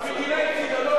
המדינה הפסידה,